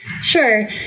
Sure